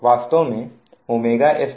वास्तव में s2Πf है